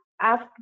ask